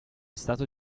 stato